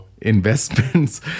investments